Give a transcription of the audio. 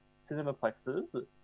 cinemaplexes